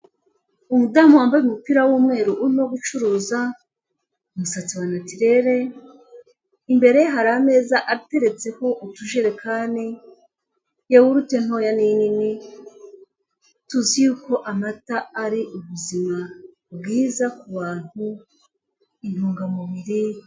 Umudamu wambaye umupira w'umweru urimo gucuruza, umusatsi wa naturere imbere hari ameza ateretseho ubujerekani, yahurutete ntoya n'inini tuzi yuko amata ari ubuzima bwiza kubantu intungamubiri.